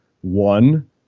one